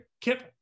kip